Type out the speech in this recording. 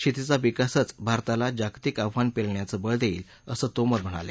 शेतीचा विकासच भारताला जागतिक आव्हानं पेलण्याचं बळ देईल असंही तोमर यावेळी म्हणाले